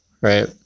right